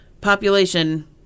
population